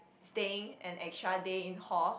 staying an extra day in hall